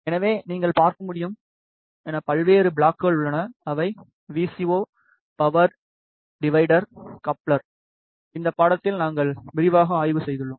எனவே நீங்கள் பார்க்க முடியும் என பல்வேறு ப்ளாக்கள் உள்ளன அவை V C O power divider coupler இந்த பாடத்திட்டத்தில் நாங்கள் விரிவாக ஆய்வு செய்துள்ளோம்